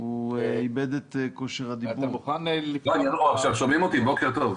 בוקר טוב.